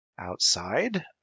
outside